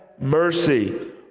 mercy